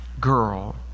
girl